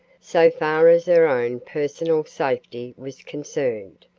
so far as her own personal safety was concerned.